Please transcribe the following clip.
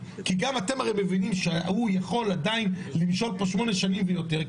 כי גם אתם הרי מבינים שהוא יכול עדיין למשול פה שמונה שנים ויותר,